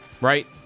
Right